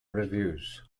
reviews